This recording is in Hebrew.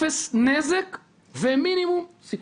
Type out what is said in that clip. אפס נזק ומינימום סיכון.